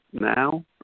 now